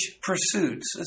pursuits